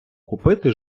купити